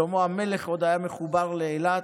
שלמה המלך עוד היה מחובר לאילת,